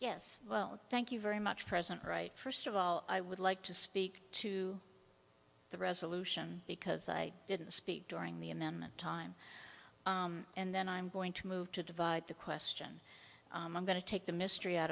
yes well thank you very much president right first of all i would like to speak to the resolution because i didn't speak during the amendment time and then i'm going to move to divide the question i'm going to take the mystery out